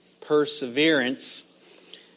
Perseverance